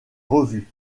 revue